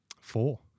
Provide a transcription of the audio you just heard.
Four